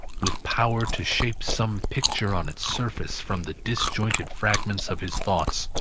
with power to shape some picture on its surface from the disjointed fragments of his thoughts,